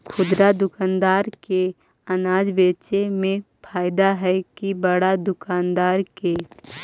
खुदरा दुकानदार के अनाज बेचे में फायदा हैं कि बड़ा दुकानदार के?